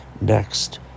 next